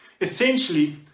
Essentially